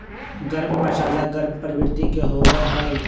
गर्म मसाला गर्म प्रवृत्ति के होबा हई